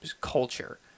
culture